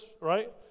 right